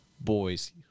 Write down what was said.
Boys